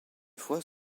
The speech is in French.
fois